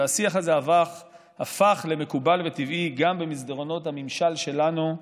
והשיח הזה הפך למקובל וטבעי גם במסדרונות הממשל שלנו,